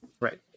Right